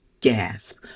gasp